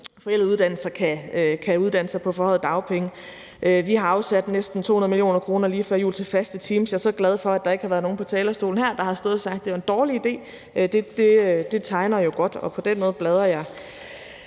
forældede uddannelser kan uddanne sig på forhøjede dagpenge. Vi har afsat næsten 200 mio. kr. lige før jul til faste teams, og jeg er så glad for, at der ikke har været nogen på talerstolen her, der har stået og sagt, at det var en dårlig idé. Det tegner jo godt, og dermed bladrer jeg